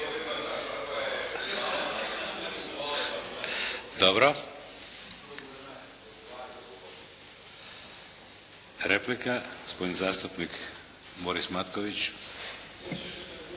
Dobro. Replika, gospodin zastupnik Borislav Matković.